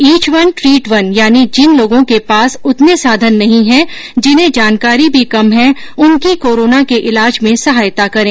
etch one treat one यानि जिन लोगों के पास उतने साधन नहीं है जिन्हें जानकारी भी कम है उनकी कोरोना के इलाज में सहायता करें